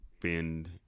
bend